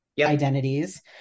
identities